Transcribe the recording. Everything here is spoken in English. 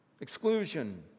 exclusion